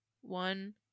one